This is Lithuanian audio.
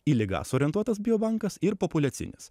į ligas orientuotas bio bankas ir populiacinis